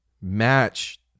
match